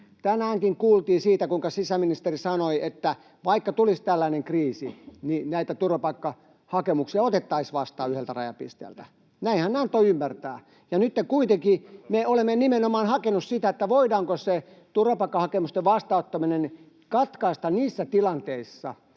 Tänäänkin kuultiin siitä, kuinka sisäministeri sanoi, että vaikka tulisi tällainen kriisi, niin näitä turvapaikkahakemuksia otettaisiin vastaan yhdeltä rajapisteeltä. Näin hän antoi ymmärtää. [Mikko Savola pyytää vastauspuheenvuoroa] Nyt kuitenkin me olemme nimenomaan hakeneet sitä, voidaanko se turvapaikkahakemusten vastaanottaminen katkaista niissä tilanteissa,